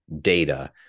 data